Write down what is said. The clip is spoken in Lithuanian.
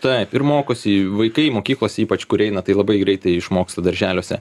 taip ir mokosi vaikai mokyklose ypač kur eina tai labai greitai išmoksta darželiuose